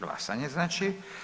Glasanje znači.